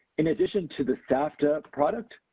in addition to the safta product,